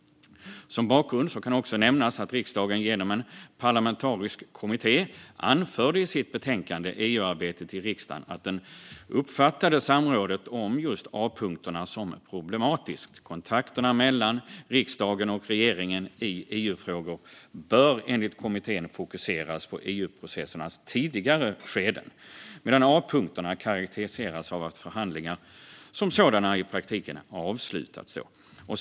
Som bakgrund kan också nämnas att riksdagen genom en parlamentarisk kommitté i betänkandet EU-arbetet i riksdagen anförde att samrådet om just A-punkterna uppfattades som problematiskt. Kontakterna mellan riksdagen och regeringen i EU-frågor bör enligt kommittén fokuseras på EU-processernas tidiga skeden, medan A-punkterna karakteriseras av att förhandlingarna som sådana i praktiken avslutats.